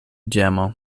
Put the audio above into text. ĝemo